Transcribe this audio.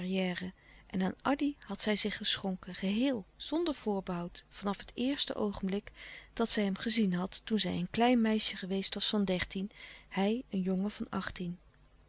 en aan addy had zij zich geschonken geheel zonder voorbehoud van af het eerste oogenblik dat zij hem gezien had toen zij een klein meisje geweest was van dertien hij een jongen van achttien